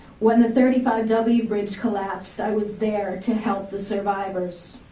when the thirty five w bridgecollapse i was there to help the survivors.